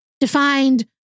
defined